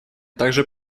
также